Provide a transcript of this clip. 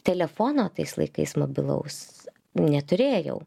telefono tais laikais mobilaus neturėjau